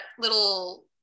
little